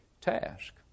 task